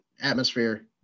atmosphere